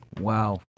Wow